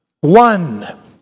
one